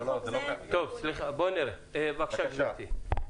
בבקשה, גברתי.